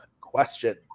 question